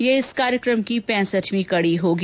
ये इस कार्यक्रम की पैंसठवीं कड़ी होगी